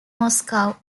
moscow